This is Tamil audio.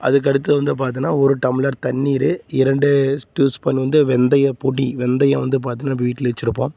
அதுக்கு அடுத்தது வந்து பார்த்தின்னா ஒரு டம்ளர் தண்ணீர் இரண்டு டியூ ஸ்பூன் வந்து வெந்தயப் பொடி வெந்தயம் வந்து பார்த்திங்கனா இப்போ வீட்டில் வச்சிருப்போம்